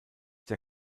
der